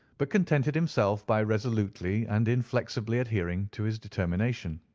but contented himself by resolutely and inflexibly adhering to his determination.